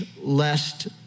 lest